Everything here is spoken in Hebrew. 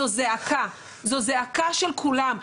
זו זעקה וזו זעקה של כולם.